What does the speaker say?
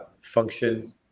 function